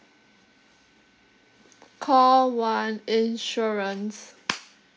call one insurance